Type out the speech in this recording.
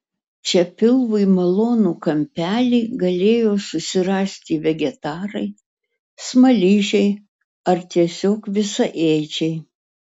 čia pilvui malonų kampelį galėjo susirasti vegetarai smaližiai ar tiesiog visaėdžiai